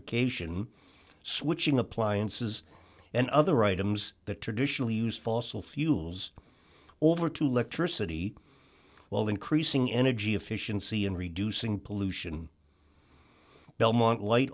ication switching appliances and other items that traditionally use fossil fuels over to lecture city while increasing energy efficiency and reducing pollution belmont light